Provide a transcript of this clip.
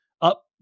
up